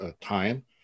time